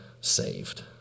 saved